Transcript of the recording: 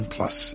Plus